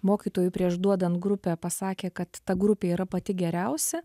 mokytojui prieš duodant grupę pasakė kad ta grupė yra pati geriausia